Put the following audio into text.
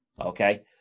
Okay